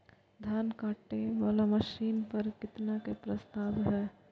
धान काटे वाला मशीन पर केतना के प्रस्ताव हय?